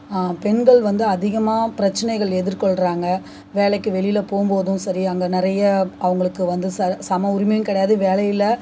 பெண்கள் வந்து அதிகமாக பிரச்சினைகள் எதிர்கொள்கிறாங்க வேலைக்கு வெளியில் போகும் போதும் சரி அங்கே நிறைய அவங்களுக்கு வந்து ச சம உரிமையும் கிடையாது வேலையில்